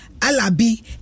Alabi